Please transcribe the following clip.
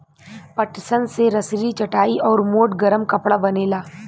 पटसन से रसरी, चटाई आउर मोट गरम कपड़ा बनेला